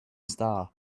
star